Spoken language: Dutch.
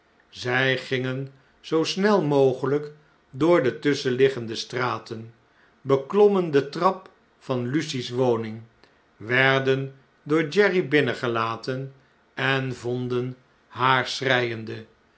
zn gingen zoo snel mogeljjk door de tusschenliggende straten beklommen de trap van lucie's woning werden door jerry binnengelaten en vonden haar schreiende